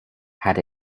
had